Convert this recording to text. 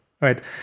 right